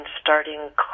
starting